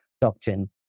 doctrine